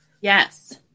Yes